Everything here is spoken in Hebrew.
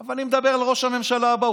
אבל אני מדבר על ראש הממשלה הבא,